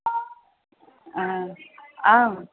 आम्